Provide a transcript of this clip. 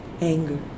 anger